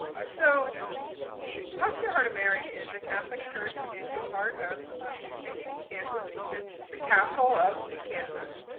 so most pure heart of mary is a catholic church in the heart of topeka, kansas, which is the capital of kansas.